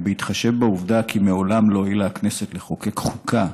ובהתחשב בעובדה כי מעולם לא הואילה הכנסת לחוקק חוקה,